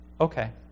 Okay